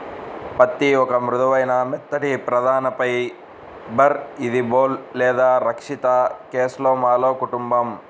పత్తిఒక మృదువైన, మెత్తటిప్రధానఫైబర్ఇదిబోల్ లేదా రక్షిత కేస్లోమాలో కుటుంబం